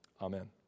Amen